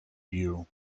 view